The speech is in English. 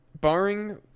barring